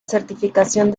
certificación